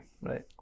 Right